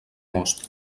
most